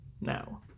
now